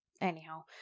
anyhow